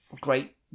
Great